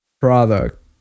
product